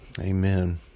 Amen